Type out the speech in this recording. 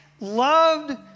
loved